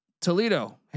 Toledo